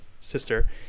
sister